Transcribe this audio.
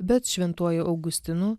bet šventuoju augustinu